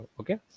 okay